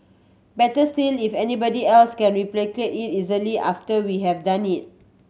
better still if anybody else can replicate it easily after we have done it